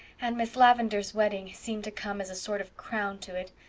and miss lavendar's wedding seemed to come as a sort of crown to it.